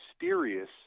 mysterious